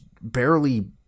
barely